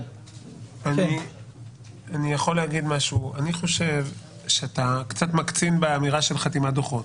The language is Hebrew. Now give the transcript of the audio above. אני חושב שאתה קצת מקצין באמירה של חתימת דוחות.